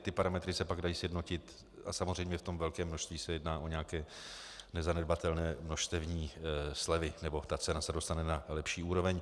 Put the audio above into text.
Ty parametry se pak dají sjednotit a samozřejmě v tom velkém množství se jedná o nějaké nezanedbatelné množstevní slevy, nebo ta cena se dostane na lepší úroveň.